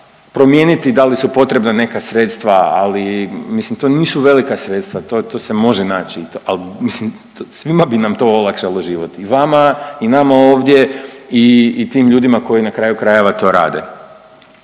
da li u potrebna neka sredstava, ali mislim to nisu velika sredstva to se može naći i to, ali mislim svima bi nam to olakšalo život. I vama i nama ovdje i tim ljudima koji na kraju krajeva to rade.